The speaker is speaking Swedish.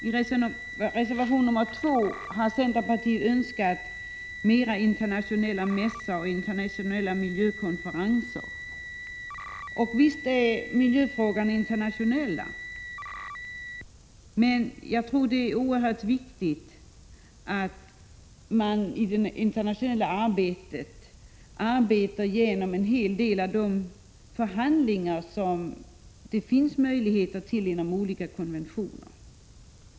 I reservation 2 framför centerpartiet önskemål om fler internationella mässor och fler internationella miljökonferenser. Visst är miljöfrågorna internationella, men jag tror det är oerhört viktigt att man i det internationella arbetet verkar vid de förhandlingar som det finns möjligheter att föra enligt olika konventioner.